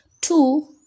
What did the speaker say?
two